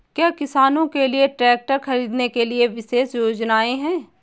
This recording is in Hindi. क्या किसानों के लिए ट्रैक्टर खरीदने के लिए विशेष योजनाएं हैं?